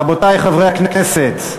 רבותי חברי הכנסת,